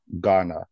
Ghana